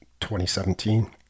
2017